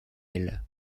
aile